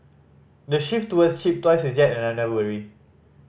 the shift toward cheap toys is yet another worry